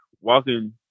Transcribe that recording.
walking